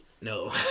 No